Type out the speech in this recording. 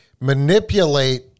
manipulate